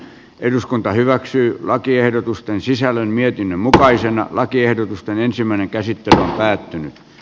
eduskunta hyväksyy lakiehdotusten sisällön mietinnön mukaisena lakiehdotusten ensimmäinen käsitys on kaikille